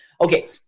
Okay